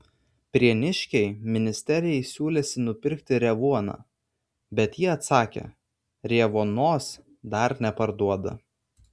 prieniškiai ministerijai siūlėsi nupirkti revuoną bet ji atsakė revuonos dar neparduoda